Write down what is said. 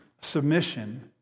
submission